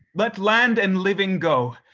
let land and living go,